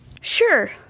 Sure